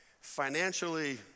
financially